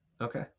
Okay